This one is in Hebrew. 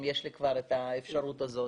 אם יש לי כבר את האפשרות הזאת,